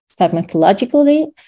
pharmacologically